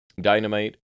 Dynamite